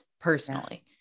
personally